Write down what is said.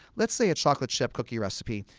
let's say a chocolate chip cookie recipe.